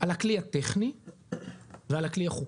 על הכלי הטכני ועל הכלי החוקי.